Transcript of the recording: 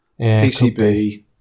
PCB